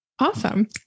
Awesome